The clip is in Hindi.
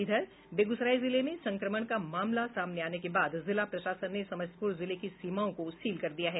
इधर बेगूसराय जिले में संक्रमण का मामला सामने आने के बाद जिला प्रशासन ने समस्तीपुर जिले की सीमाओं को सील कर दिया है